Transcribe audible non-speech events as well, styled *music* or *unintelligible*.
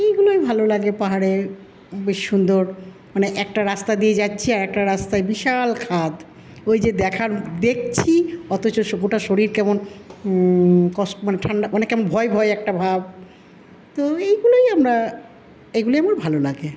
এইগুলোই ভালো লাগে পাহাড়ে বেশ সুন্দর মানে একটা রাস্তা দিয়ে যাচ্ছে আর একটা রাস্তায় বিশাল খাদ ওই যে দেখার দেখছি অথচ গোটা শরীর কেমন *unintelligible* মানে ঠাণ্ডা কেমন ভয় ভয় একটা ভাব তো এইগুলোই আমরা এইগুলোই আমার ভালো লাগে